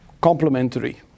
complementary